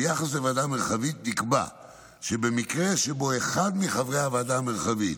וביחס לוועדה המרחבית נקבע שבמקרה שבו אחד מחברי הוועדה המרחבית